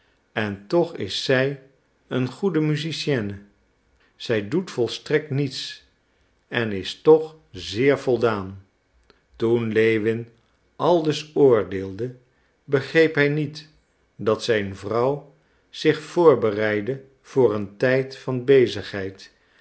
en toch is zij een goede musicienne zij doet volstrekt niets en is toch zeer voldaan toen lewin aldus oordeelde begreep hij niet dat zijn vrouw zich voorbereidde voor een tijd van bezigheid